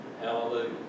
Hallelujah